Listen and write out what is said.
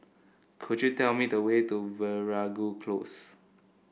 could you tell me the way to Veeragoo Close